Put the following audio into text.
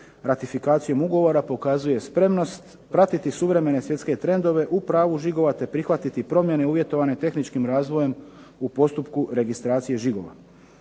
ratifikacijom ugovora pokazuje spremnost pratiti suvremene svjetske trendove u pravu žigova te prihvatiti promjene uvjetovane tehničkim razvojem u postupku registracije žigova.